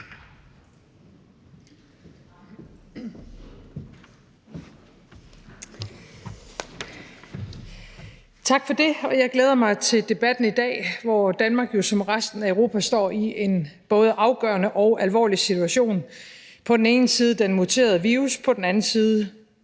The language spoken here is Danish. Tak for det. Jeg glæder mig til debatten i dag, hvor Danmark jo som resten af Europa står i en både afgørende og alvorlig situation. På den ene side den muterede virus, på den anden side